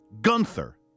Gunther